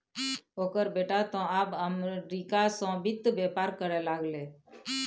ओकर बेटा तँ आब अमरीका सँ वित्त बेपार करय लागलै